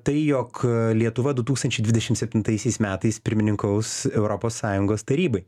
tai jog lietuva du tūkstančiai dvidešim septintaisiais metais pirmininkaus europos sąjungos tarybai